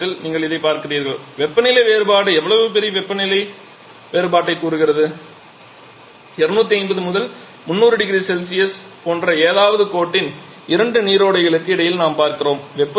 இந்த கட்டத்தில் நீங்கள் இதைப் பார்க்கிறீர்கள் வெப்பநிலை வேறுபாடு எவ்வளவு பெரிய வெப்பநிலை வேறுபாட்டைக் கூறுகிறது 250 முதல் 300 0C போன்ற ஏதாவது கோட்டின் இரண்டு நீரோடைகளுக்கு இடையில் நாம் பார்க்கிறோம்